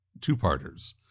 two-parters